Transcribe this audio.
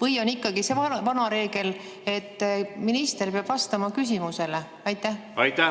Või on ikkagi see vana reegel, et minister peab vastama küsimusele? Aitäh!